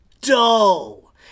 dull